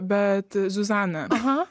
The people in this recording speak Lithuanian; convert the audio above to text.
bet zuzaną